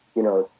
you know,